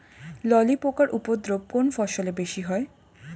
ললি পোকার উপদ্রব কোন ফসলে বেশি হয়?